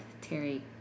Terry